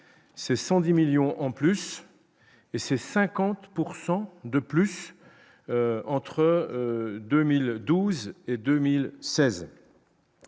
ces 110 millions en plus et c'est 50 pourcent de plus entre 2012 et 2016